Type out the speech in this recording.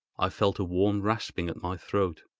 i felt a warm rasping at my throat,